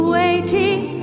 waiting